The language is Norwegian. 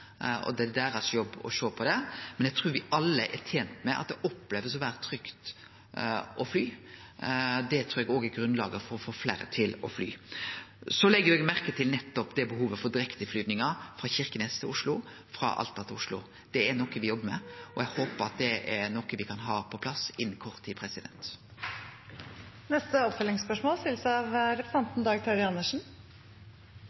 Det er helsemyndigheitene sin jobb å sjå på det. Men eg trur me alle er tente med at det opplevast trygt å fly. Det trur eg òg er grunnlaget for å få fleire til å fly. Eg legg merke til behovet for direkteflygingar frå Kirkenes til Oslo og frå Alta til Oslo. Det er noko me jobbar med, og eg håpar at det er noko me kan få på plass innan kort tid.